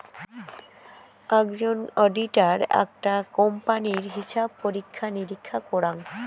আকজন auditor আকটা কোম্পানির হিছাব পরীক্ষা নিরীক্ষা করাং